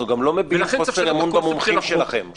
אנחנו גם לא מביעים חוסר אמון במומחים שלכם.